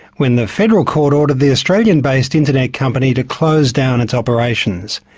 when the federal court ordered the australian-based internet company to close down its operations.